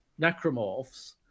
necromorphs